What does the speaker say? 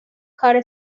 کار